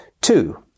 Two